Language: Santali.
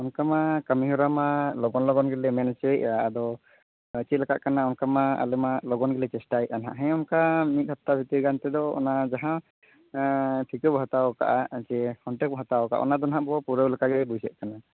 ᱚᱱᱠᱟ ᱢᱟ ᱠᱟᱹᱢᱤ ᱦᱚᱨᱟ ᱢᱟ ᱞᱚᱜᱚᱱ ᱞᱚᱜᱚᱱ ᱜᱮᱞᱮ ᱢᱮᱱ ᱦᱚᱪᱚᱭᱮᱫᱼᱟ ᱟᱫᱚ ᱪᱮᱫ ᱞᱮᱠᱟ ᱠᱟᱱᱟ ᱚᱱᱠᱟ ᱢᱟ ᱟᱞᱮ ᱢᱟ ᱞᱚᱜᱚᱱ ᱜᱮᱞᱮ ᱪᱮᱥᱴᱟᱭᱮ ᱠᱟᱱ ᱦᱟᱸᱜ ᱦᱮᱸ ᱚᱱᱠᱟ ᱢᱤᱫ ᱦᱟᱯᱛᱟ ᱵᱷᱤᱛᱤᱨ ᱜᱟᱱ ᱛᱮᱫᱚ ᱚᱱᱟ ᱡᱟᱦᱟᱸ ᱴᱷᱤᱠᱟᱹ ᱵᱚ ᱦᱟᱛᱟᱣ ᱠᱟᱜᱼᱟ ᱡᱮ ᱠᱚᱱᱴᱮᱠ ᱵᱚ ᱦᱟᱛᱟᱣ ᱟᱠᱟᱫᱼᱟ ᱚᱱᱟ ᱫᱚ ᱱᱟᱦᱟᱜ ᱵᱚ ᱯᱩᱨᱟᱹᱣ ᱞᱮᱠᱟ ᱜᱮ ᱵᱩᱡᱷᱟᱹᱜ ᱠᱟᱱᱟ